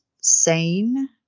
sane